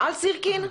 על סירקין?